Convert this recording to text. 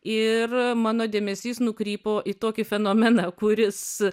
ir mano dėmesys nukrypo į tokį fenomeną kuris